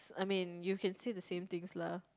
I mean you can say the same things lah